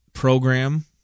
program